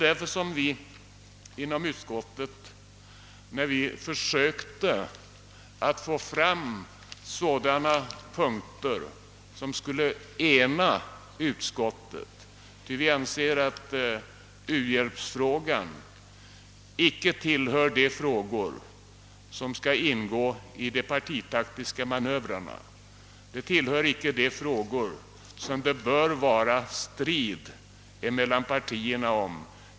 När vi inom utskottet försökt att få fram sådana synpunkter som skulle ena, var vi av den uppfattningen att u-hjälps. frågan icke borde tillhöra de frågor som skall ingå i de partitaktiska manövrerna. Om u-hjälpen bör det inte råda strid mellan partierna.